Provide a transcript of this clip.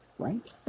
Right